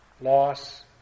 loss